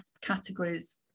categories